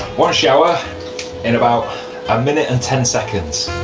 one shower in about a minute and ten seconds.